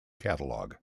catalog